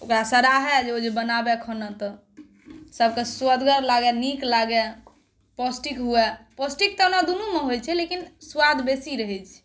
ओकरा सराहे ओ जे बनाबै खाना तऽ सभके स्वदगर लागै नीक लागै पौष्टिक हुए पौष्टिक तऽओना दुनुमे होइछै लेकिन स्वाद बेसी रहैछै